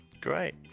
great